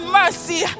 mercy